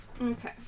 Okay